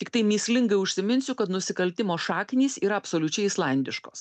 tiktai mįslingai užsiminsiu kad nusikaltimo šaknys yra absoliučiai islandiškos